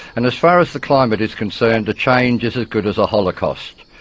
and as far as the climate is concerned a change is as good as a holocaust.